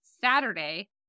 Saturday